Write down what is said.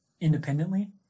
independently